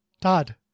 Todd